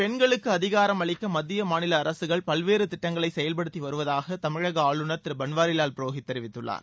பெண்களுக்கு அதிகாரம் அளிக்க மத்திய மாநில அரசுகள் பல்வேறு திட்டங்களை செயல்படுத்தி வருவதாக தமிழக ஆளுநர் திரு பன்வாரிலால் புரோஹித் தெரிவித்துள்ளார்